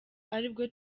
aribwo